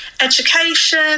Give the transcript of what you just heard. education